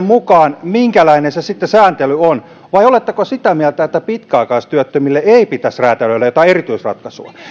mukaan minkälainen se sääntely sitten on vai oletteko sitä mieltä että pitkäaikaistyöttömille ei pitäisi räätälöidä jotain erityisratkaisua